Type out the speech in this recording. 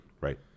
Right